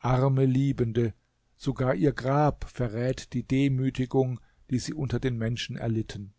arme liebende sogar ihr grab verrät die demütigung die sie unter den menschen erlitten